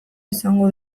izango